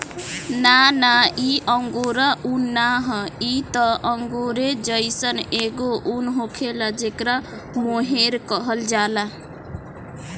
ना ना इ अंगोरा उन ना ह इ त अंगोरे जइसन एगो उन होखेला जेकरा मोहेर कहल जाला